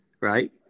right